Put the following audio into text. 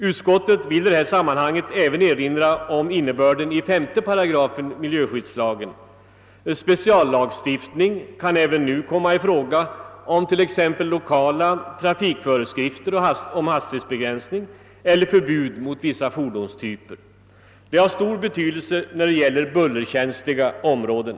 Utskottet vill i det sammanhanget även erinra om innebörden av 5 8 miljöskyddslagen. Speciallagstiftning kan även komma i fråga, t.ex. lokala trafikföreskrifter om hastighetsbegränsning eller förbud mot vissa fordonstyper, vilket är av stor betydelse inom bullerkänsliga områden.